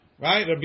right